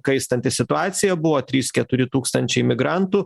kaistanti situacija buvo trys keturi tūkstančiai migrantų